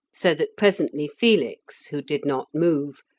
so that presently felix, who did not move,